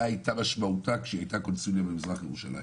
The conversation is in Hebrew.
מה הייתה משמעותה כשהיא הייתה במזרח ירושלים.